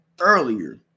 earlier